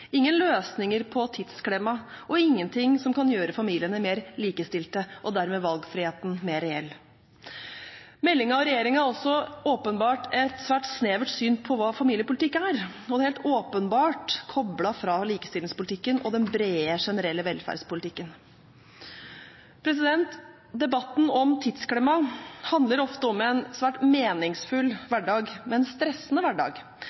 ingen løsninger på tidsklemma og ingenting som kan gjøre familiene mer likestilte og dermed valgfriheten mer reell. Meldingen og regjeringen har åpenbart også et svært snevert syn på hva familiepolitikk er, og det er helt åpenbart koblet fra likestillingspolitikken og den brede, generelle velferdspolitikken. Debatten om tidsklemma handler ofte om en svært meningsfull hverdag